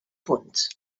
punt